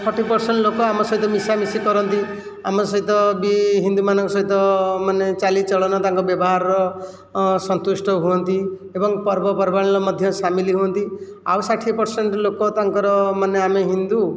forty percent ଲୋକ ଆମ ସହିତ ମିଶାମିଶି କରନ୍ତି ଆମ ସହିତ ବି ହିନ୍ଦୁମାନଙ୍କ ସହିତ ମାନେ ଚାଲିଚଳନ ତାଙ୍କ ବ୍ୟବହାରର ସନ୍ତୁଷ୍ଟ ହୁଅନ୍ତି ଏବଂ ପର୍ବପର୍ବାଣିରେ ମଧ୍ୟ ସାମିଲ ହୁଅନ୍ତି ଆଉ ଷାଠିଏ ପରସେଣ୍ଟ ଲୋକ ତାଙ୍କର ମାନେ ଆମେ ହିନ୍ଦୁ